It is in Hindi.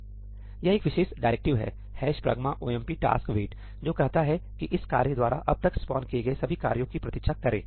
यह एक विशेष डायरेक्टिव है 'hash pragma omp taskwait' जो कहता है कि इस कार्य द्वारा अब तक स्पॉन किए गए सभी कार्यों की प्रतीक्षा करें